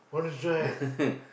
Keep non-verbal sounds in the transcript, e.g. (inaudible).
(laughs)